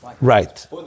Right